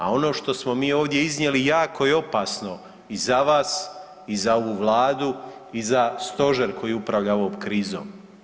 A ono što smo mi ovdje iznijeli jako je opasno i za vas i za ovu Vladu i za Stožer koji upravlja ovom krizom.